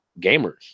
gamers